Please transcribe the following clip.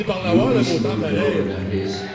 duly smoothed over, that is,